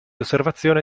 osservazione